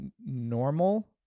normal